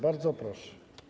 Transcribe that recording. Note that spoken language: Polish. Bardzo proszę.